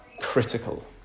critical